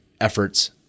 efforts